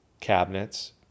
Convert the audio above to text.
cabinets